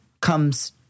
comes